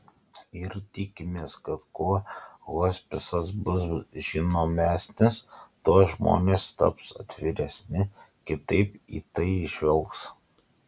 ir tikimės kad kuo hospisas bus žinomesnis tuo žmonės taps atviresni kitaip į tai žvelgs